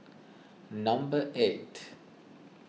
number eight